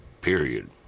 Period